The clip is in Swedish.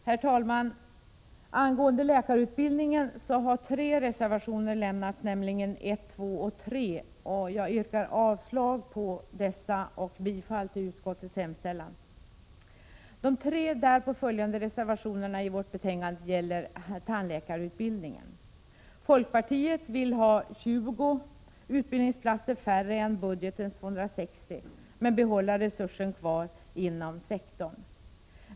Herr talman! Angående läkarutbildningen har tre reservationer lämnats, nämligen reservationerna 1, 2 och 3. Jag yrkar avslag på dessa och bifall till utskottets hemställan. bildningen. Folkpartiet vill ha 20 utbildningsplatser färre än budgetens 260 och behålla denna resurs inom sektorn.